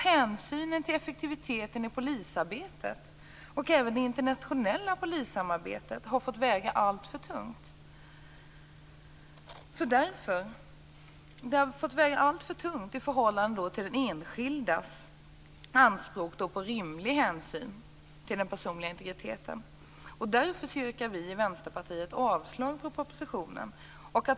Hänsynen till effektiviteten i polisarbetet, och även det internationella polissamarbetet, har fått väga alltför tungt i förhållande till den enskildas anspråk på rimlig hänsyn till den personliga integriteten. Därför yrkar vi i Vänsterpartiet avslag på propositionen.